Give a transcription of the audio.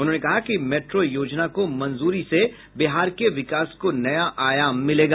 उन्होंने कहा कि मेट्रो योजना को मंजूरी से बिहार के विकास को नया आयाम मिलेगा